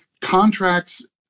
contracts